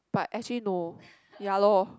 but actually no ya lor